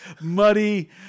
muddy